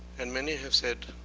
and many have said,